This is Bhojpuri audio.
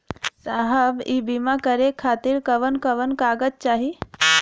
साहब इ बीमा करें खातिर कवन कवन कागज चाही?